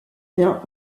bien